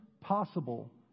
possible